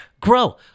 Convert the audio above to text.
Grow